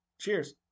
cheers